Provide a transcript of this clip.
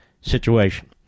situation